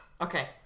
Okay